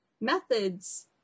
methods